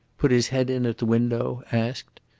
put his head in at the window, asked,